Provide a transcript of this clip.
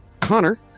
Connor